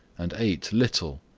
and ate little.